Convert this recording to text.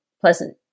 pleasant